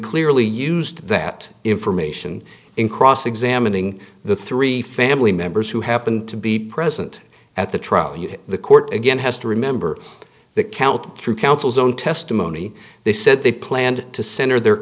clearly used that information in cross examining the three family members who happened to be present at the trial and the court again has to remember that count through counsel's own testimony they said they planned to center their